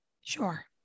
sure